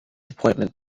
appointment